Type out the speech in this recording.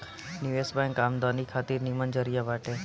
निवेश बैंक आमदनी खातिर निमन जरिया बाटे